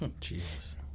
jesus